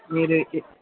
మీరు